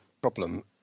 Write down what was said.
problem